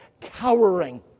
cowering